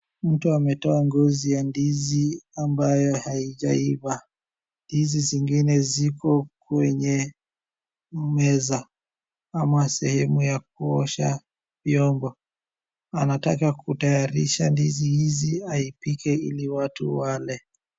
Mtu ametoa ngozi ya ndizi ambayo haijaiva. Ndizi zingine ziko kwenye meza, ama sehemu ya kuosha vyombo. anataka kutayarisha ndizi hizi, aipike ili watu wale.